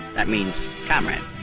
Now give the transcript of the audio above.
that means comrade.